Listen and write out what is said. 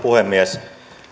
puhemies